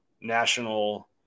national